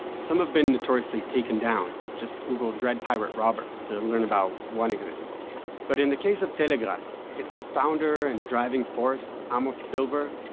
some have been notoriously taken down just google dread pirate roberts to learn about one example but in the case of telegrass its founder and driving force, amos silver,